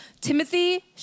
Timothy